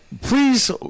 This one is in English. please